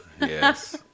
yes